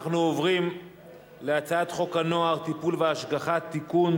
אנחנו עוברים להצעת חוק הנוער (טיפול והשגחה) (תיקון,